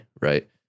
right